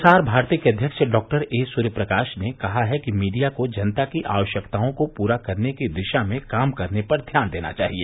प्रसार भारती के अध्यक्ष डॉक्टर ए सुर्यप्रकाश ने कहा है कि मीडिया को जनता की आवश्यकताओं को पूरा करने की दिशा में काम करने पर ध्यान देना चाहिए